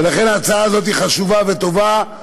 ולכן ההצעה הזאת היא חשובה וטובה.